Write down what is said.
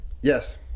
Yes